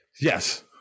Yes